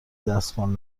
دستمال